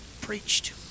preached